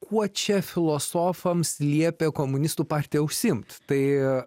kuo čia filosofams liepė komunistų partija užsiimt tai